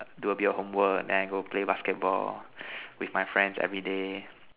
do a bit of homework then I go play basketball with my friends everyday